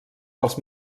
pels